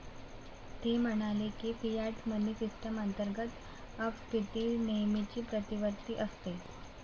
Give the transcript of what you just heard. ते म्हणाले की, फियाट मनी सिस्टम अंतर्गत अपस्फीती नेहमीच प्रतिवर्ती असते